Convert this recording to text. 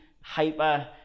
hyper